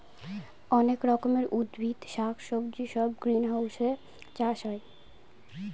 অনেক রকমের উদ্ভিদ শাক সবজি সব গ্রিনহাউসে চাষ হয়